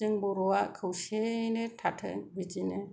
जों बर'आ खौसेयैनो थाथों बिदिनो